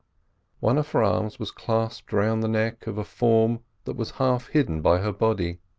one of her arms was clasped round the neck of a form that was half hidden by her body,